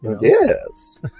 Yes